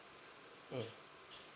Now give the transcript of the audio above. um